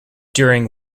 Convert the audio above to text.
during